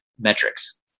metrics